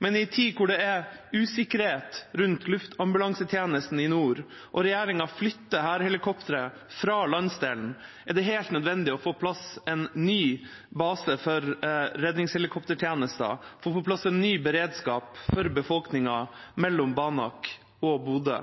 Men i en tid med usikkerhet rundt luftambulansetjenesten i nord når regjeringen flytter hærhelikoptre fra landsdelen, er det helt nødvendig å få på plass en ny base for redningshelikoptertjenesten, å få på plass en ny beredskap for befolkningen mellom Banak og Bodø.